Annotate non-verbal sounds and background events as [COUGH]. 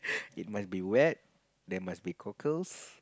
[BREATH] it must be wet there must be cockles